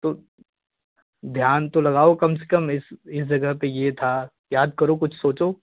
तो ध्यान तो लगाओ कम से कम इस इस जगह पे ये था याद करो कुछ सोचो